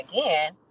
again